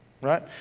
right